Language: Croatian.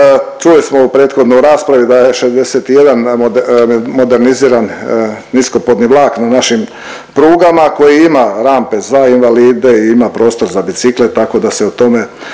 Čuli smo u prethodnoj raspravi da je 61 moderniziran niskopodni vlak na našim prugama koji ima rampe za invalide i ima prostor za bicikle tako da se o tome